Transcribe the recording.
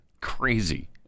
Crazy